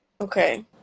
okay